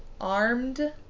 Armed